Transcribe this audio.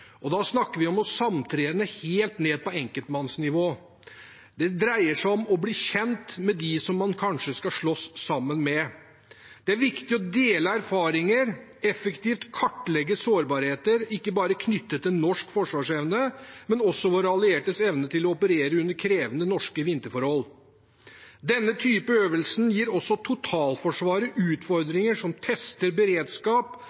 og da snakker vi om å samtrene helt ned på enkeltmannsnivå. Det dreier seg om å bli kjent med dem som man kanskje skal slåss sammen med. Det er viktig å dele erfaringer, effektivt kartlegge sårbarheter, ikke bare knyttet til norsk forsvarsevne, men også våre alliertes evne til å operere under krevende norske vinterforhold. Denne typen øvelser gir også totalforsvaret